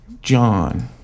John